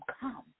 come